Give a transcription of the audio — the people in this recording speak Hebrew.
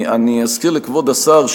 אני אזכיר לכבוד השר,